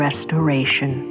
Restoration